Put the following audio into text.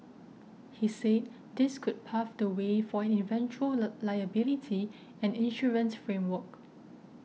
he said this could pave the way for an eventual lie liability and insurance framework